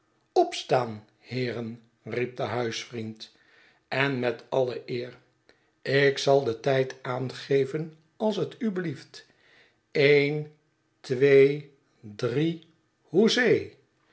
opstaan heeren riep de huisvriend en met alle eer ik zal den tijd aangeven als het u belieft een twee drie hoezee